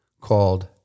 called